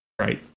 right